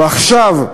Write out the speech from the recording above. ועכשיו,